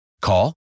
Call